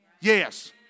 Yes